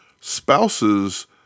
spouses